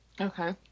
Okay